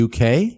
uk